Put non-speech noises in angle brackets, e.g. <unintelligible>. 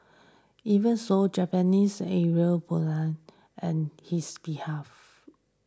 even so Japanese and <unintelligible> and his behalf